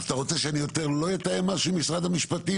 אז אתה רוצה שאני יותר לא אתאם משהו עם משרד המשפטים,